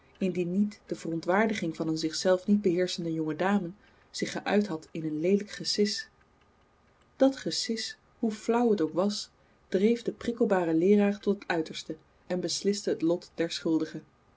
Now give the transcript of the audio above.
indien niet de verontwaardiging van een zichzelf niet beheerschende jonge dame zich geuit had in een leelijk gesis dat gesis hoe flauw het ook was dreef den prikkelbaren leeraar tot het uiterste en besliste het lot der schuldige